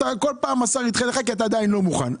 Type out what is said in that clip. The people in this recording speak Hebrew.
כל פעם השר ידחה לך כי אתה עדיין לא מוכן.